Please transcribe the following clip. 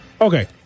Okay